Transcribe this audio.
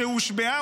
שהושבעה,